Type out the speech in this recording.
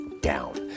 down